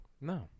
no